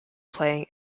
playing